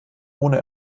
ohne